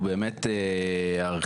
הוא באמת ארכיאולוגי,